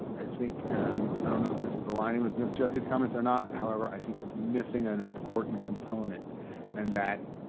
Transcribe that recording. i think, and um i don't know if this is aligning with ms. jessie's comments or not, however i think it's missing an important component in and that.